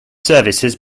services